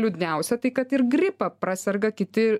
liūdniausia tai kad ir gripą praserga kiti